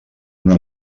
una